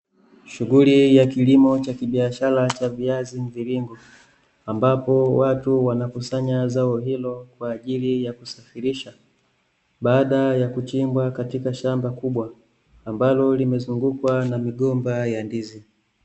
Shughuli ya kilimo cha kibiashara cha viazi mviringo, ambapo watu wanakusanya zao hilo kwaajili ya kusafirisha, baada ya kuchimbwa katika shamba kubwa, ambalo limezungukwa na migomba ya ndizi.